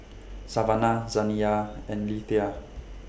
Savanna Zaniyah and Lethia